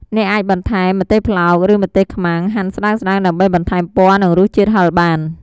អ្នកអាចបន្ថែមម្ទេសប្លោក ឬម្ទេសខ្មាំងហាន់ស្តើងៗ ដើម្បីបន្ថែមពណ៌ និងរសជាតិហឹរបាន។